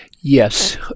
Yes